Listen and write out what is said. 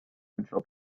central